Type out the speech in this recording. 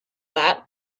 that